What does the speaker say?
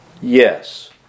Yes